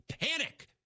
panic